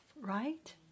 right